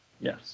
Yes